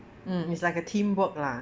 mm it's like a teamwork lah